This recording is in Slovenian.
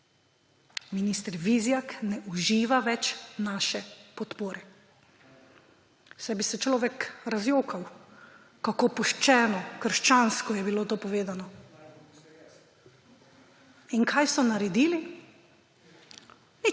»Minister Vizjak na uživa več naše podpore.« Saj bi se človek razjokal, kako puščeno, krščansko je bilo to povedano. In kaj so naredili?